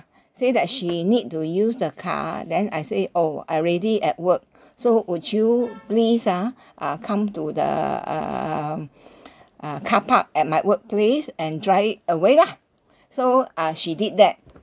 say that she need to use the car then I say oh I already at work so would you please ah uh come to the uh um uh car park at my workplace and drive it away lah so uh she did that